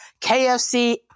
KFC